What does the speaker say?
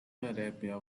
arabia